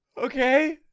okay,